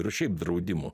ir šiaip draudimo